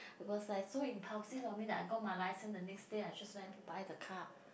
it was like so impulsive on me that I got my license the next day I just went to buy the car